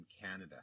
Canada